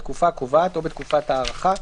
בתקופה הקובעת או בתקופת ההארכה,